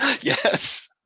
Yes